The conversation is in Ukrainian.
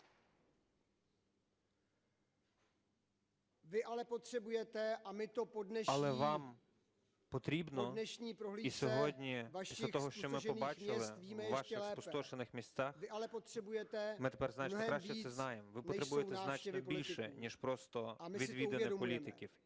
Але вам потрібно, і сьогодні після того, що ми побачили у ваших спустошених містах, ми тепер значно краще це знаємо, ви потребуєте значно більше, ніж просто відвідини політиків.